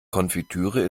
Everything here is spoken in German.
konfitüre